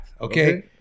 Okay